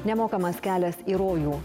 nemokamas kelias į rojų